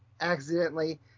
accidentally